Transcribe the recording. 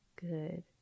Good